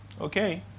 okay